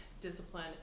discipline